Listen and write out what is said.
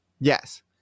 Yes